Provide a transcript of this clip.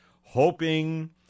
hoping